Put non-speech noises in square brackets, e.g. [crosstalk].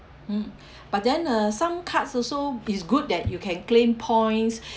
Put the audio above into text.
mm but then uh some cards also it's good that you can claim points [breath]